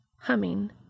Humming